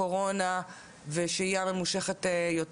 קורונה ושהייה ממושכת יותר